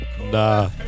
Nah